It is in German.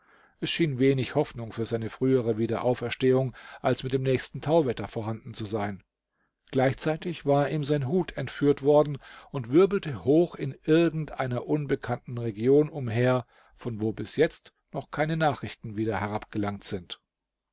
es schien wenig hoffnung für seine frühere wiederauferstehung als mit dem nächsten tauwetter vorhanden zu sein gleichzeitig war ihm sein hut entführt worden und wirbelte hoch in irgend einer unbekannten region umher von wo bis jetzt noch keine nachrichten wieder herab gelangt sind